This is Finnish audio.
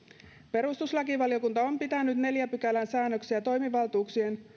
perustuslakivaliokunta on pitänyt neljännen pykälän säännöksiä toimivaltuuksien